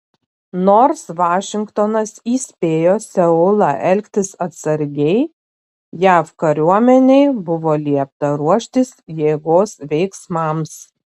nors vašingtonas įspėjo seulą elgtis atsargiai jav kariuomenei buvo liepta ruoštis jėgos veiksmams